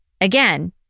Again